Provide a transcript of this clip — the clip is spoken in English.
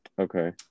Okay